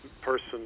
person